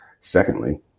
secondly